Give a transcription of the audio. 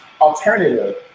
alternative